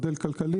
כלכלי,